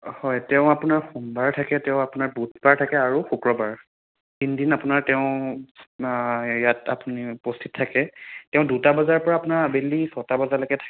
হয় তেওঁ আপোনাৰ সোমবাৰে থাকে তেওঁ আপোনাৰ বুধবাৰ থাকে আৰু শুক্ৰবাৰ তিনিদিন আপোনাৰ তেওঁ ইয়াত আপুনি উপস্থিত থাকে তেওঁ দুটা বজাৰ পৰা আপোনাৰ আবেলি ছটা বজালৈকে থাকে